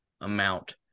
amount